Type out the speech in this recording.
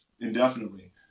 indefinitely